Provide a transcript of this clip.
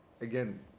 again